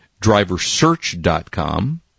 driversearch.com